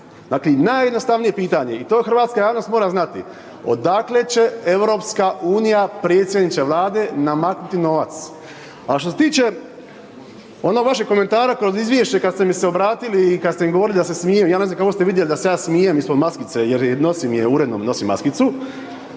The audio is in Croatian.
Dakle, najjednostavnije pitanje i to hrvatska javnost mora znati, odakle će EU, predsjedniče vlade, namaknuti novac? A što se tiče onog vašeg komentara kroz izvješće kad ste mi se obratili i kad ste im govorili da se smijem, ja ne znam kako ste vidjeli da se ja smijem ispod maskice jer nosim je uredno, nosim maskicu